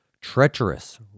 treacherous